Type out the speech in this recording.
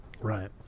Right